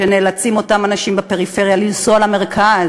שלקבלתם נאלצים אותם אנשים בפריפריה לנסוע למרכז.